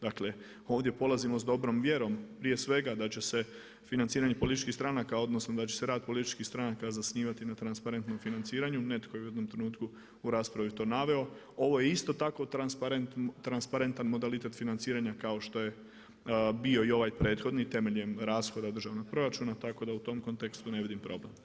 Dakle ovdje polazimo s dobrom vjerom prije svega da će se financiranje političkih stranaka odnosno da će se rad političkih stranaka zasnivati na transparentnom financiranju, netko je u jednom trenutku u raspravi to naveo, ovo je isto tako transparentan modalitet financiranja kao što je bio i ovaj prethodni temeljem rashoda državnog proračuna, tako da u tom kontekstu ne vidim problem.